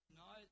no